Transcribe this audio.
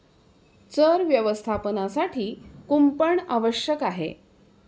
चर व्यवस्थापनासाठी कुंपण आवश्यक आहे